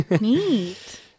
neat